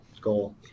goal